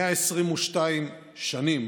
122 שנים